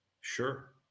sure